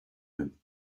him